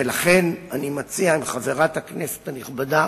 ולכן אני מציע, אם חברת הכנסת הנכבדה